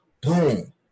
Boom